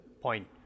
point